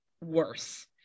worse